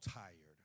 tired